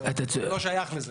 זה לא שייך לזה.